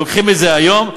לוקחים את זה היום.